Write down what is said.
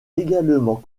également